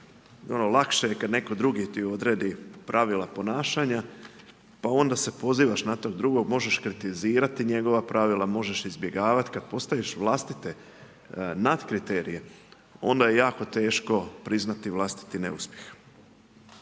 ono lakše je kad netko drugi ti odredi pravila ponašanja pa onda se pozivaš na tog drugog, možeš kritizirati njegova pravila, možeš izbjegavati kada postaviš vlastite nadkriterije onda je jako teško priznati vlastiti neuspjeh.